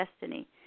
destiny